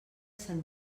sant